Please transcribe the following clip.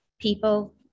People